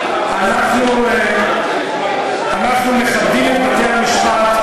אנחנו מכבדים את בתי-המשפט,